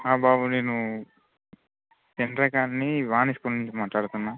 ఆ బాబు నేను ఇంద్ర కాలనీ వాణి స్కూల్ నుంచి మాట్లాడుతున్న